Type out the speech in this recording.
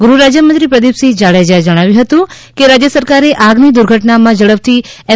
ગૃહ રાજ્યમંત્રી પ્રદીપસિંહ જાડેજાએ જણાવ્યું હતું કે રાજ્ય સરકારે આગની દુર્ઘટનામાં ઝડપથી એફ